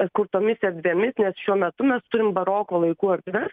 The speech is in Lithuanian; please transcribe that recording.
atkurtomis erdvėmis nes šiuo metu mes turim baroko laikų erdves